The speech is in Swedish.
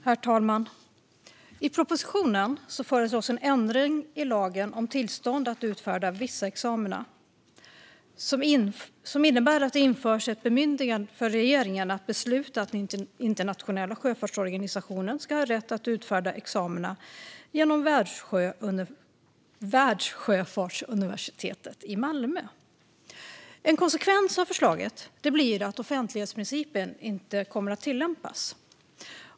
Herr talman! I propositionen föreslås en ändring i lagen om tillstånd att utfärda vissa examina. Ändringen innebär att det införs ett bemyndigande för regeringen att besluta att Internationella sjöfartsorganisationen ska ha rätt att utfärda examina genom Världssjöfartsuniversitetet i Malmö. En konsekvens av förslaget blir att offentlighetsprincipen inte kommer att tillämpas.